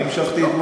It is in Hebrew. אני המשכתי -- לא.